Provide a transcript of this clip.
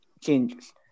changes